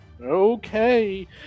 Okay